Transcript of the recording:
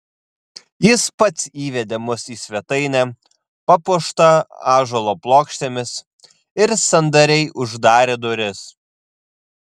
jis pats įvedė mus į svetainę papuoštą ąžuolo plokštėmis ir sandariai uždarė duris